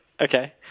Okay